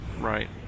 Right